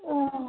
ও